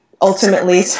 ultimately